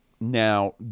now